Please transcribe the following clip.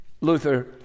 Luther